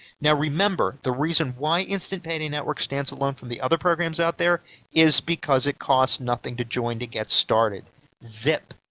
now, remember the reason why instant payday network stands alone from the other programs out there is because it costs nothing to join to get started zip,